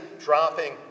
dropping